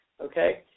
okay